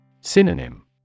Synonym